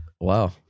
wow